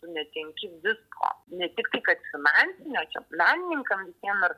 tu netenki visko ne tiktai kad finansinio čia menininkam visiem ir